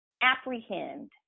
apprehend